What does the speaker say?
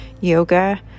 yoga